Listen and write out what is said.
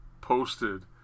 posted